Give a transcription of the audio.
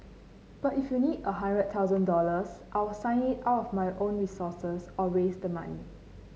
but if you need a hundred thousand dollars I'll sign it out of my own resources or raise the money